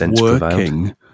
working